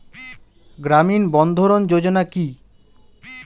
গ্রামীণ বন্ধরন যোজনা কি?